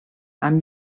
amb